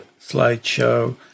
slideshow